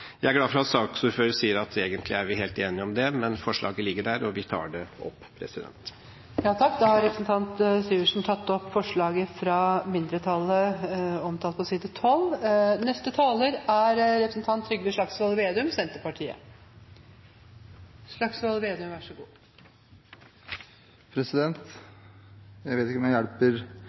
Jeg er glad for at saksordføreren sier at vi egentlig er helt enige om det, men forslaget ligger der, og vi tar det opp. Da har representanten Hans Olav Syversen tatt opp det forslaget fra mindretallet som han refererte til, omtalt på side 12 i innstillingen. Jeg vet ikke om jeg hjelper representanten Holthe fra Fremskrittspartiet når partilederen hans er her og jeg